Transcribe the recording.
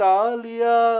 Talia